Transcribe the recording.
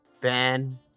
ben